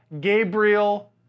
Gabriel